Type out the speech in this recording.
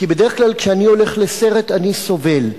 כי בדרך כלל, כשאני הולך לסרט, אני סובל.